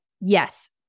yes